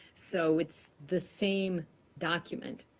so it's the same document.